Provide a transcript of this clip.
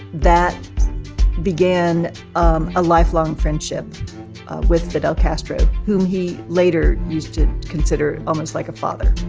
that began um a lifelong friendship with fidel castro, who he later used to consider almost like a father